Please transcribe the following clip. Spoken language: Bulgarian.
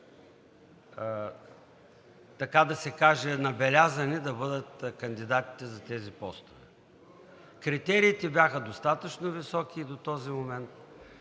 така да се каже, набелязани да бъдат кандидатите за тези постове. Критериите бяха достатъчно високи и до този момент,